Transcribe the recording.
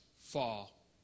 fall